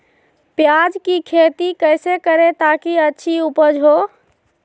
प्याज की खेती कैसे करें ताकि अच्छी उपज हो?